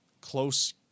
close